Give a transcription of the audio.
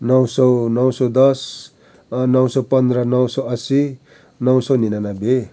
नौ सौ नौ सौ दस नौ सौ पन्द्र नौ सौ अस्सी नौ सौ निनानब्बे